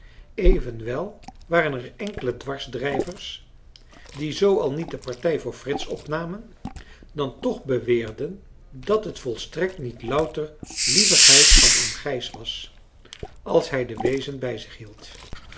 evenwel waren er enkele dwarsdrijvers die zoo al niet de partij voor frits opnamen dan toch beweerden dat het volstrekt niet louter lievigheid van oom gijs was als hij de weezen bij zich hield